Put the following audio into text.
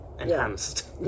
enhanced